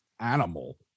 animal